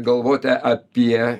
galvoti apie